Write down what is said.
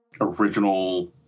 original